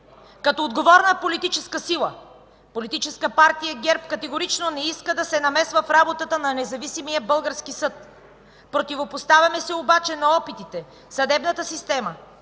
Като отговорна политическа сила Политическа партия ГЕРБ категорично не иска да се намесва в работата на независимия български съд. Противопоставяме се обаче на опитите съдебната система